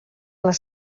les